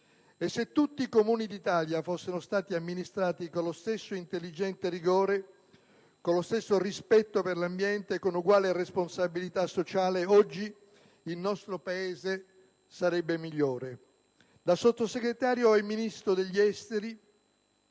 Se tutti i Comuni d'Italia fossero stati amministrati con lo stesso intelligente rigore, con lo stesso rispetto per l'ambiente, con eguale responsabilità sociale, oggi il nostro Paese sarebbe migliore. Da Sottosegretario e Ministro degli affari